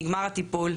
נגמר הטיפול,